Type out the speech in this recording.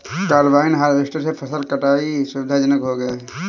combine harvester से फसल कटाई सुविधाजनक हो गया है